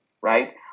right